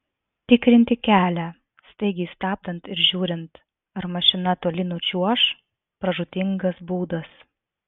tikrinti kelią staigiai stabdant ir žiūrint ar mašina toli nučiuoš pražūtingas būdas